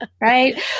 right